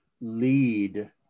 lead